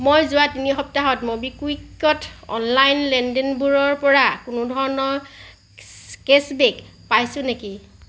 মই যোৱা তিনি সপ্তাহত ম'বিকুইকত অনলাইন লেনদেনবোৰৰ পৰা কোনো ধৰণৰ কেশ্ববেক পাইছোঁ নেকি